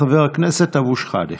חבר הכנסת אבו שחאדה.